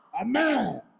amen